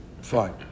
Fine